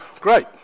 great